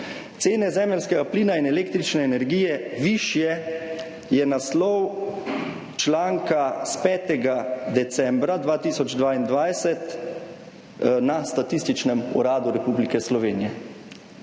Cene zemeljskega plina in električne energije višje, je naslov članka s 5. decembra 2022, na Statističnem uradu Republike Slovenije.